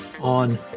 on